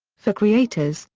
for creators,